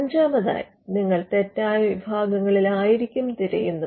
അഞ്ചാമതായി നിങ്ങൾ തെറ്റായ വിഭാഗങ്ങളിൽ ആയിരിക്കും തിരയുന്നത്